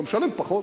אתה משלם פחות.